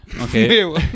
Okay